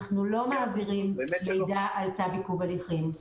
אנחנו לא מעבירים מידע על צו עיכוב הליכים.